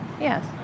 yes